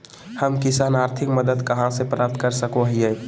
हम किसान आर्थिक मदत कहा से प्राप्त कर सको हियय?